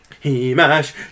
He-Mash